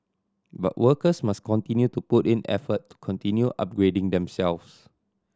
but workers must continue to put in effort to continue upgrading themselves